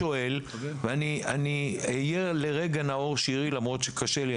אני אהיה לרגע נאור שירי למרות שקשה לי,